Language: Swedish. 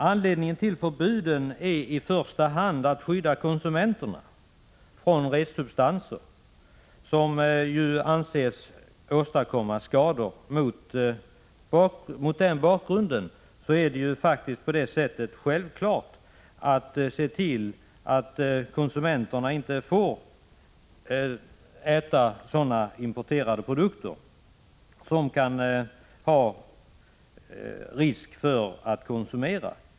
Anledningen till förbuden är i första hand att skydda konsumenterna från restsubstanser som anses åstadkomma skada. Mot den bakgrunden är det faktiskt självklart att vi skall se till att konsumenterna inte får äta importerade produkter som kan medföra risker.